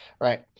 right